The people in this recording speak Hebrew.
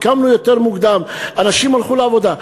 קמנו יותר מוקדם, אנשים הלכו לעבודה.